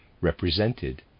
represented